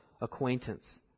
acquaintance